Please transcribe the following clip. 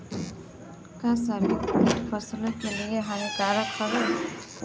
का सभी कीट फसलों के लिए हानिकारक हवें?